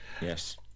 yes